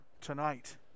tonight